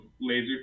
laser